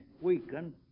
weaken